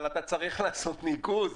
אבל אתה צריך לעשות ניקוז.